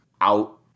out